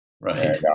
Right